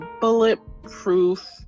bulletproof